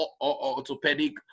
orthopedic